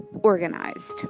organized